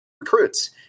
recruits